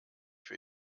für